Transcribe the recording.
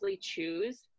choose